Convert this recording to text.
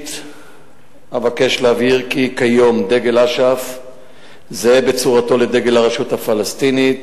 ראשית אבקש להבהיר כי כיום דגל אש"ף זהה בצורתו לדגל הרשות הפלסטינית,